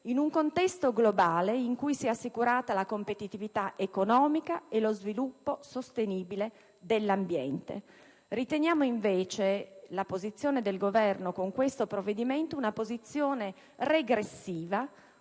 in un contesto globale in cui sia assicurata la competitività economica e lo sviluppo sostenibile dell'ambiente. Riteniamo, invece, che la posizione del Governo in questo provvedimento sia regressiva.